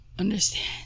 understand